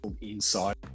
Inside